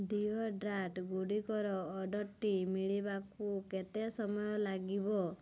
ଡିଓଡ୍ରାଣ୍ଟ୍ଗୁଡ଼ିକର ଅର୍ଡ଼ର୍ଟି ମିଳିବାକୁ କେତେ ସମୟ ଲାଗିବ